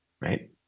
right